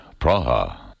Praha